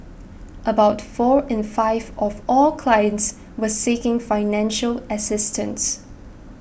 about four in five of all clients were seeking financial assistance